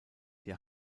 der